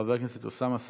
חבר הכנסת אוסאמה סעדי,